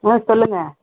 ம் சொல்லுங்க